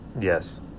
Yes